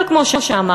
אבל כמו שאמרנו,